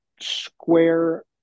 square